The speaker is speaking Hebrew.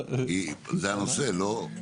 זה הנושא, לא?